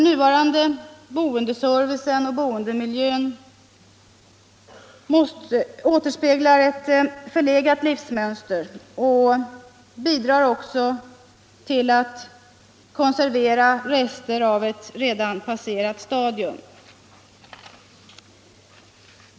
Nuvarande boendeservice och boendemiljö återspeglar ett förlegat livsmönster och bidrar till att konservera rester av ett passerat stadium.